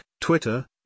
Twitter